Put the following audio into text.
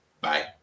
bye